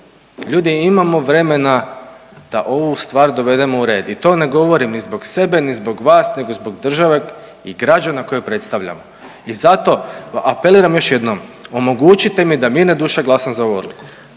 Ljudi imamo vremena da ovu stvar dovedemo u red i to ne govorim ni zbog sebe, ni zbog vas, nego zbog država i građana koje predstavljamo. I zato apeliram još jednom omogućite mi da mirne duše glasam za ovu odluku.